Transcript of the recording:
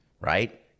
Right